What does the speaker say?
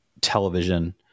television